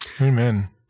Amen